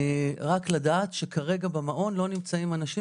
רק לדעת שכרגע במעון לא נמצאים אנשים